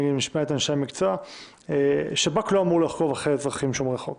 שב"כ לא אמור לעקוב אחרי האזרחים שומרי חוק